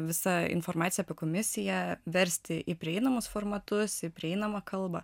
visą informaciją apie komisiją versti į prieinamus formatus į prieinamą kalbą